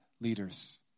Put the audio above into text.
leaders